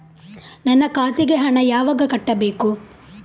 ನನ್ನ ಖಾತೆಗೆ ಹಣ ಯಾವಾಗ ಕಟ್ಟಬೇಕು?